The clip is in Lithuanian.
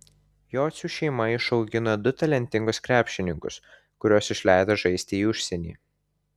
jocių šeima išaugino du talentingus krepšininkus kuriuos išleido žaisti į užsienį